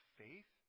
faith